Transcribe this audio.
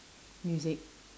music